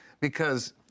because-